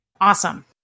awesome